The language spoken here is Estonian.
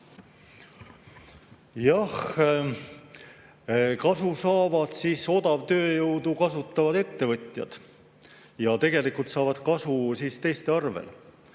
Kasu saavad odavtööjõudu kasutavad ettevõtjad. Ja tegelikult saavad nad kasu teiste arvelt.